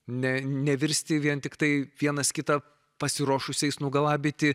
ne nevirsti vien tiktai vienas kitą pasiruošusiais nugalabyti